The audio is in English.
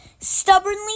stubbornly